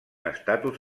estatus